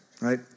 right